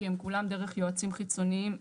כי הם כולם דרך יועצים חיצוניים.